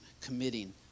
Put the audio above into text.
committing